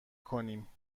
کنیم